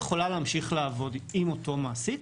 היא יכולה להמשיך לעבוד עם אותו מעסיק